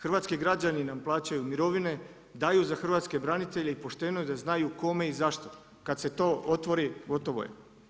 Hrvatski građani nam plaćaju mirovine, daju za hrvatske branitelje i pošteno je da znaju kome i zašto, kada se to otvori gotovo je.